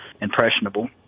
impressionable